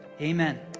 Amen